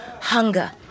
hunger